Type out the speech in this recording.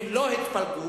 הם לא התפלגו,